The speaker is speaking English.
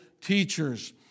teachers